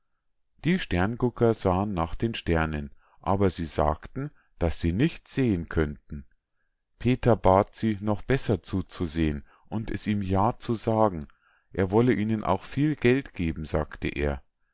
die sterngucker sahen nach den sternen aber sie sagten daß sie nichts sehen könnten peter bat sie noch besser zuzusehen und es ihm ja zu sagen er wolle ihnen auch viel geld geben sagte er